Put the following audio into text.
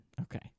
Okay